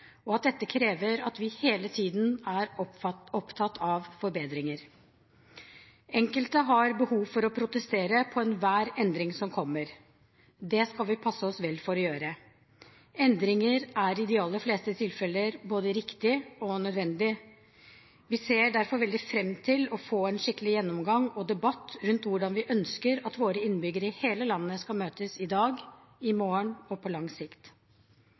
og at dette krever at vi hele tiden er opptatt av forbedringer. Enkelte har behov for å protestere mot enhver endring som kommer. Det skal vi passe oss vel for å gjøre. Endringer er i de aller fleste tilfeller både riktige og nødvendige. Vi ser derfor veldig fram til å få en skikkelig gjennomgang og en debatt rundt hvordan vi ønsker at våre innbyggere i hele landet skal møtes – i dag, i morgen og på lang sikt.